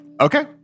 Okay